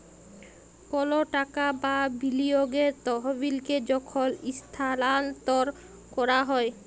call টাকা বা বিলিয়গের তহবিলকে যখল ইস্থালাল্তর ক্যরা হ্যয়